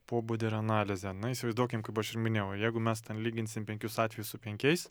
pobūdį ir analizę na įsivaizduokim kaip aš ir minėjau jeigu mes ten lyginsim penkius atvejus su penkiais